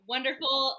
wonderful